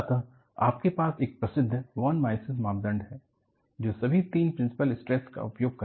अतः आपके पास प्रसिद्ध वॉन मॉयसिस मापदंड है जो सभी तीन प्रिंसिपल स्ट्रेस का उपयोग करता है